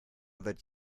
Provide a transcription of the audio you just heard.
that